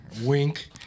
Wink